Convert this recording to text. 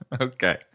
Okay